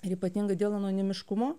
ypatingai dėl anonimiškumo